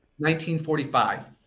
1945